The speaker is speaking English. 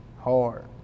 Hard